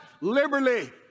Liberally